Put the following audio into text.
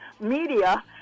media